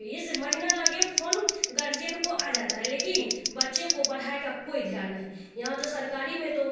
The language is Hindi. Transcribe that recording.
फीज़ महीना लगे फोन गार्जियन को आ जाता है लेकिन बच्चे को पढ़ाई का कोई ध्यान नहीं यहाँ तो सरकारी में तो